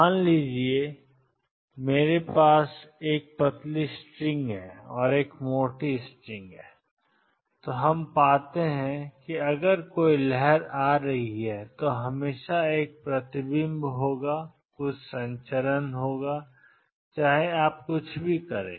मान लीजिए मेरे पास एक पतली स्ट्रिंग और एक मोटी स्ट्रिंग है और जो हम पाते हैं वह है अगर कोई लहर आ रही है तो हमेशा एक प्रतिबिंब होगा और कुछ संचरण होगा चाहे आप कुछ भी करें